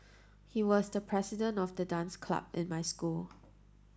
he was the president of the dance club in my school